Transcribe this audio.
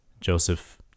Joseph